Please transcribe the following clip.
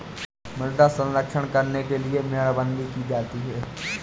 मृदा संरक्षण करने के लिए मेड़बंदी की जाती है